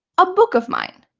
a book of mine,